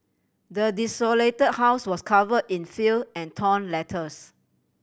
the desolate house was cover in filth and torn letters